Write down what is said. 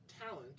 talent